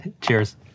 Cheers